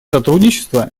сотрудничества